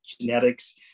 genetics